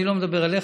אני לא מדבר עליך,